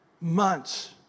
months